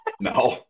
No